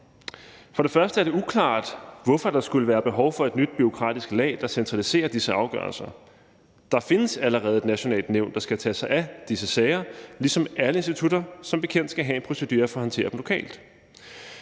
og fremmest er det uklart, hvorfor der skulle være behov for et nyt bureaukratisk lag, der centraliserer disse afgørelser. Der findes allerede et nationalt nævn, der skal tage sig af disse sager, ligesom alle institutter som bekendt skal have en procedure for at håndtere dem lokalt.